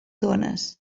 dónes